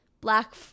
Black